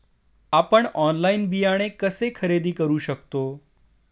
आपण ऑनलाइन बियाणे कसे खरेदी करू शकतो?